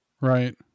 Right